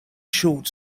short